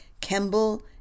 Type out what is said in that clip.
Kemble